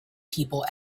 people